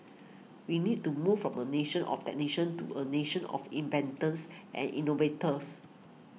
we need to move from a nation of technicians to a nation of inventors and innovators